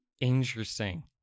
Interesting